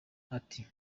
ati